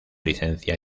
licencia